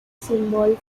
symbol